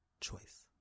choice